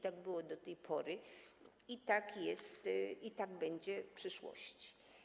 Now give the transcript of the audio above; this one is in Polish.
Tak było do tej pory, tak jest i tak będzie w przyszłości.